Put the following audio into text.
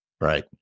Right